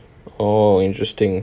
oh interesting